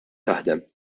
taħdem